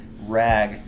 Rag